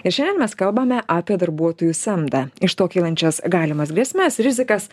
ir šiandien mes kalbame apie darbuotojų samdą iš to kylančias galimas grėsmes rizikas